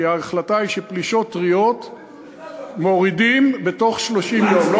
כי ההחלטה היא שפלישות טריות מורידים בתוך 30 יום,